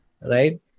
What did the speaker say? Right